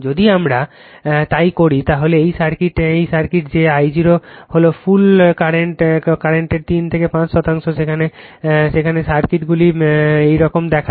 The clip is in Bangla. যদি আমরা তাই করি তাহলে এই সার্কিট যে I0 হল ফুল লোড কারেন্টের 3 থেকে 5 শতাংশ যেখানে সার্কিটগুলি এরকম দেখায়